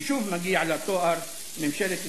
ששוב מגיע לה התואר: ממשלת ישראל,